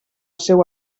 seu